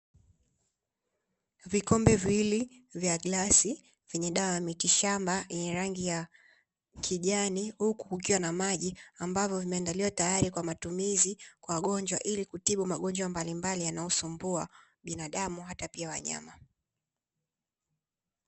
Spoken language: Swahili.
Vikombe viwili vya glasi vyenye dawa ya mitishamba yenye rangi ya kijani huku kukiwa na maji ambavyo vimeandaliwa tayari kwa matumizi na wagonjwa, ili kutibu magonjwa mbalimbali yanayosumbua binadamu na pia wanyama.